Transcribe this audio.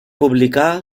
publicà